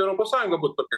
europos sąjunga būtų tokia